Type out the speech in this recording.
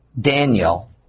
Daniel